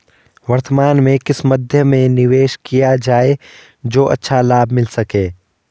वर्तमान में किस मध्य में निवेश किया जाए जो अच्छा लाभ मिल सके?